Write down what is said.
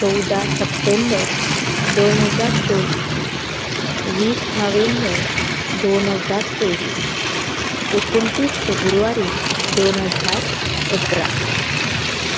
चवदा सप्टेंबर दोन हजार चोवीस वीस नोव्हेंबर दोन हजार तेवीस एकोणतीस फेब्रुवारी दोन हजार अठरा